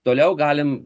toliau galim